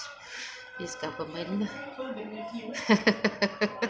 this government